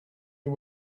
you